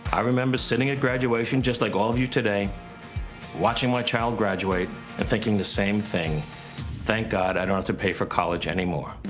i remember sitting at graduation just like all of you today watching my child graduate and thinking the same thing thank god i don't have to pay for college anymore.